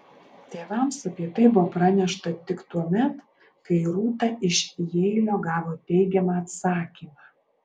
tėvams apie tai buvo pranešta tik tuomet kai rūta iš jeilio gavo teigiamą atsakymą